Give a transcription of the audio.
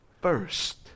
first